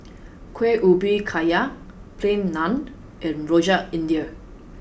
Kuih Ubi Kayu Plain Naan and Rojak iIndia